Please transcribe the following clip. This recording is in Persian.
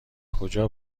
کجا